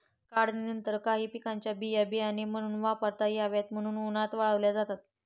काढणीनंतर काही पिकांच्या बिया बियाणे म्हणून वापरता याव्यात म्हणून उन्हात वाळवल्या जातात